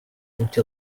until